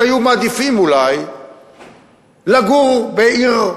שהיו מעדיפים אולי לגור בעיר,